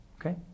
okay